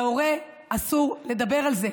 להורה אסור לדבר על זה.